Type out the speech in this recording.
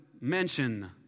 mention